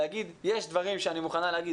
'יש דברים שאני מוכנה להגיד,